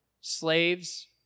slaves